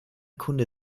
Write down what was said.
kunde